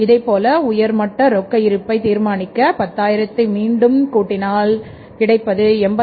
இதைப்போல உயர்மட்ட ரொக்க இருப்பை தீர்மானிக்க 10000 மீண்டும் கூட்டினால் கிடைப்பது8463088